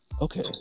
okay